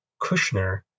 Kushner